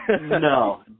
No